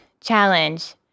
challenge